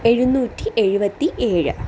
എഴുന്നൂറ്റി എഴുപത്തി ഏഴ്